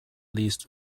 least